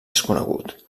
desconegut